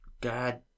God